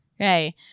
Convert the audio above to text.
okay